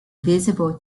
visible